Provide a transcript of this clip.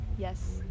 Yes